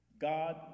God